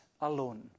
alone